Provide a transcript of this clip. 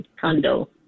condo